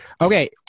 Okay